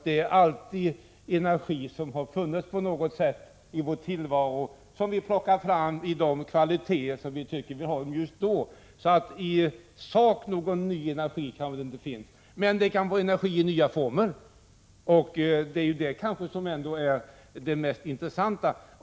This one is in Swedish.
Det är alltid energi som har funnits på något sätt i vår tillvaro och som vi plockar fram i de kvaliteter som vi tycker att vi har behov av just då. I sak kanske någon ny energi inte finns, men kanske i nya former och det är väl det mest intressanta.